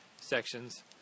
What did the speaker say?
sections